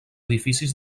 edificis